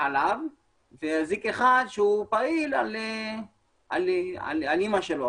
עליו ואזיק אחד שהוא פעיל על אימא שלו,